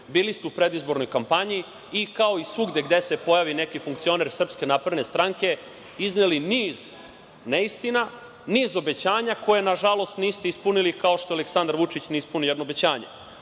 Bili ste u predizbornoj kampanji i kao i svuda gde se pojavi neki funkcioner SNS izneli niz neistina, niz obećanja koja nažalost niste ispunili kao što Aleksandar Vučić ne ispuni nijedno obećanje.U